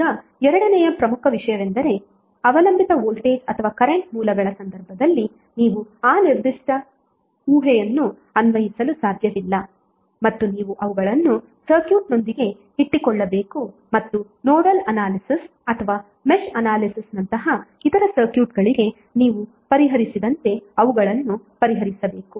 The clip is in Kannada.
ಈಗ ಎರಡನೆಯ ಪ್ರಮುಖ ವಿಷಯವೆಂದರೆ ಅವಲಂಬಿತ ವೋಲ್ಟೇಜ್ ಅಥವಾ ಕರೆಂಟ್ ಮೂಲಗಳ ಸಂದರ್ಭದಲ್ಲಿ ನೀವು ಆ ನಿರ್ದಿಷ್ಟ ಊಹೆಯನ್ನು ಅನ್ವಯಿಸಲು ಸಾಧ್ಯವಿಲ್ಲ ಮತ್ತು ನೀವು ಅವುಗಳನ್ನು ಸರ್ಕ್ಯೂಟ್ನೊಂದಿಗೆ ಇಟ್ಟುಕೊಳ್ಳಬೇಕು ಮತ್ತು ನೋಡಲ್ ಅನಾಲಿಸಿಸ್ ಅಥವಾ ಮೆಶ್ ಅನಾಲಿಸಿಸ್ನಂತಹ ಇತರ ಸರ್ಕ್ಯೂಟ್ಗಳಿಗೆ ನೀವು ಪರಿಹರಿಸಿದಂತೆ ಅವುಗಳನ್ನು ಪರಿಹರಿಸಬೇಕು